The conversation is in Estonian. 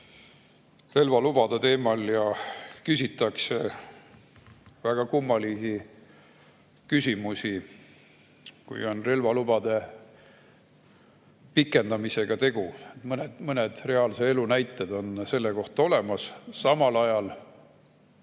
relvalubade teemal ja küsitakse väga kummalisi küsimusi, kui on vaja relvaluba pikendada. Mõned reaalse elu näited on selle kohta olemas, samal ajal